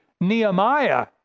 Nehemiah